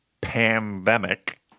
pandemic